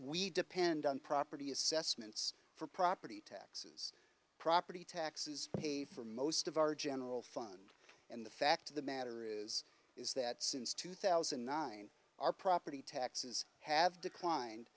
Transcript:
we depend on property assessments for property taxes property taxes pay for most of our general fund and the fact of the matter is is that since two thousand and nine our property taxes have declined